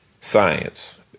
science